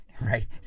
Right